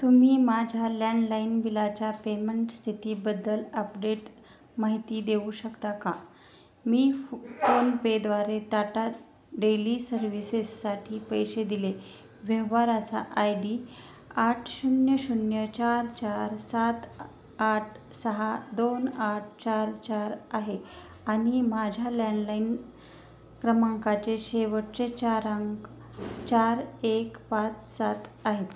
तुम्ही माझ्या लँडलाइन बिलाच्या पेमेंट स्थितीबद्दल अपडेट माहिती देऊ शकता का मी फ फोनपेद्वारे टाटा डेली सर्व्हिसेससाठी पैसे दिले व्यवहाराचा आय डी आठ शून्य शून्य चार चार सात आठ सहा दोन आठ चार चार आहे आणि माझ्या लँडलाइन क्रमांकाचे शेवटचे चार अंक चार एक पाच सात आहेत